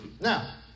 Now